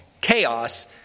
chaos